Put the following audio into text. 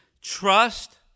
trust